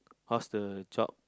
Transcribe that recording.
how's the job